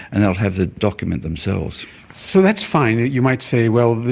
and they'll have the document themselves so that's fine. you might say, well,